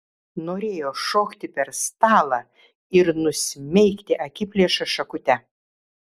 norėjo šokti per stalą ir nusmeigti akiplėšą šakute